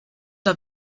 der